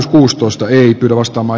avustusta ei edustama